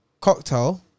cocktail